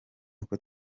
uko